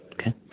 Okay